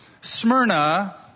Smyrna